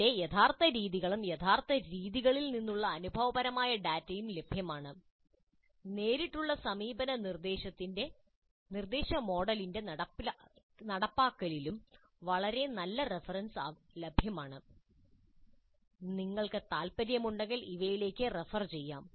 അവിടെ യഥാർത്ഥ രീതികളും യഥാർത്ഥ രീതികളിൽ നിന്നുള്ള അനുഭവപരമായ ഡാറ്റയും ലഭ്യമാണ് നേരിട്ടുള്ള സമീപന നിർദ്ദേശ മോഡലിന്റെ നടപ്പാക്കലിലും വളരെ നല്ല ഒരു റഫറൻസ് ലഭ്യമാണ് നിങ്ങൾക്ക് താൽപ്പര്യമുണ്ടെങ്കിൽ ഇവയിലേക്ക് റഫർ ചെയ്യാം